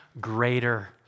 greater